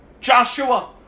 Joshua